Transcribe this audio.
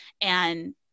And-